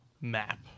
map